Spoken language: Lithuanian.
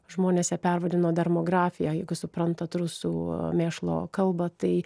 žmonės ją pervadino dermografija jeigu suprantat rusų mėšlo kalbą tai